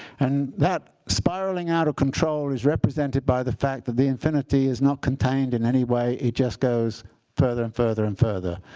and that spiraling out of control is represented by the fact that the infinity is not contained in any way. it just goes further and further and further.